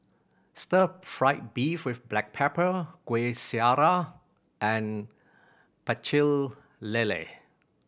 stir fried beef with black pepper Kueh Syara and Pecel Lele